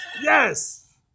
Yes